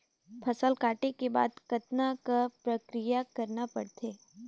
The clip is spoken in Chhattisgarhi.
फसल काटे के बाद कतना क प्रक्रिया करना पड़थे?